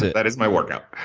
that is my workout.